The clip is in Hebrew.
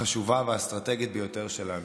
החשובה והאסטרטגית ביותר שלנו.